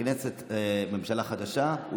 שזאת ממשלה חדשה,